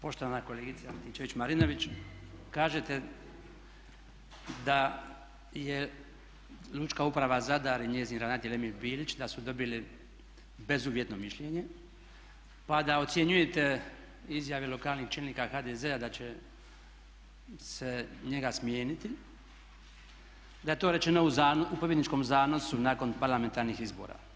Poštovana kolegice Antičević-Marinović, kažete da je lučka uprava Zadar i njezin ravnatelj Emil Bilić da su dobili bezuvjetno mišljenje pa da ocjenjujete izjave lokalnih čelnika HDZ-a da će se njega smijeniti, da je to rečeno u pobjedničkom zanosu nakon parlamentarnih izbora.